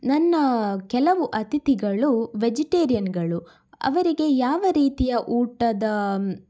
ನನ್ನ ಕೆಲವು ಅತಿಥಿಗಳು ವೆಜಿಟೇರಿಯನ್ಗಳು ಅವರಿಗೆ ಯಾವ ರೀತಿಯ ಊಟದ